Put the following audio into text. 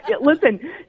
Listen